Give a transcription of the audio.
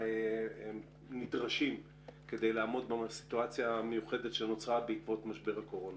נדרשים על מנת לעמוד בסיטואציה המיוחדת שיצר משבר הקורונה.